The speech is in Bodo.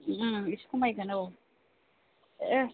एसे खमायगोन औ ए